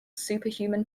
superhuman